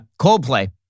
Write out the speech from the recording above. Coldplay